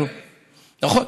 נכון.